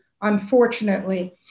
unfortunately